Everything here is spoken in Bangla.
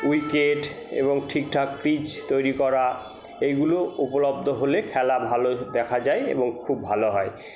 উইকেট এবং ঠিকঠাক পিচ তৈরি করা এইগুলো উপলব্ধ হলে খেলা ভালো দেখা যায় এবং খুব ভালো হয়